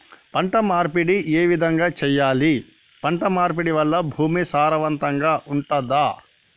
పంట మార్పిడి ఏ విధంగా చెయ్యాలి? పంట మార్పిడి వల్ల భూమి సారవంతంగా ఉంటదా?